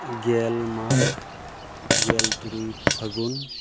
ᱜᱮᱞ ᱢᱟᱜᱽ ᱜᱮᱞ ᱛᱩᱨᱩᱭ ᱯᱷᱟᱹᱜᱩᱱ